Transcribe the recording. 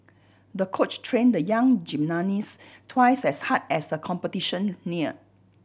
the coach trained the young gymnast twice as hard as the competition neared